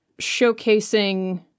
showcasing